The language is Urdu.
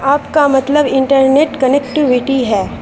آپ کا مطلب انٹرنیٹ کنیکٹیویٹی ہے